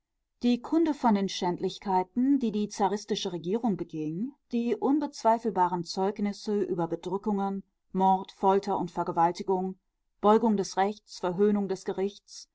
die kunde von den schändlichkeiten die die zaristische regierung beging die unbezweifelbaren zeugnisse über bedrückungen mord folter und vergewaltigung beugung des rechts verhöhnung des gerichts